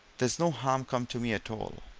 there's no harm come to me at all,